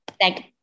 Thank